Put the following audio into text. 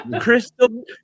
Crystal